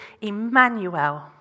Emmanuel